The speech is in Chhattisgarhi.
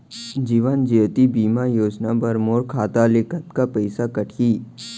जीवन ज्योति बीमा योजना बर मोर खाता ले कतका पइसा कटही?